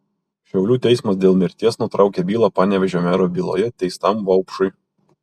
šiaulių teismas dėl mirties nutraukė bylą panevėžio mero byloje teistam vaupšui